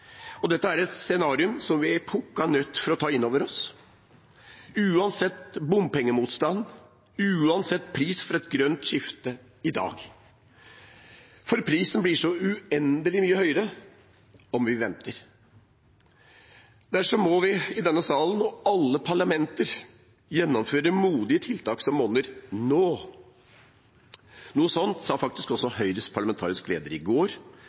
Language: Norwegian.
Dette er et scenario vi er pukka nødt til å ta inn over oss – uansett bompengemotstand, uansett pris for et grønt skifte i dag. For prisen blir så uendelig mye høyere om vi venter. Derfor må vi i denne salen – og alle parlamenter – gjennomføre modige tiltak som monner, nå. Noe sånt sa faktisk også Høyres parlamentariske leder i går,